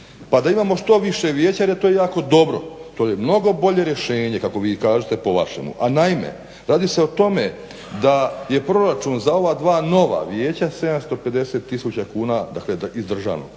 pa da imamo što više vijeća jel je to jako dobro. To je mnogo bolje rješenje kako vi kažete po vašemu. A naime, radi se o tome da je proračun za ova dva nova vijeća 750 tisuća kuna iz